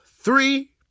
three